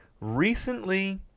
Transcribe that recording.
recently